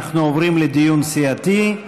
אנחנו עוברים לדיון סיעתי.